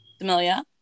Amelia